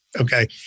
Okay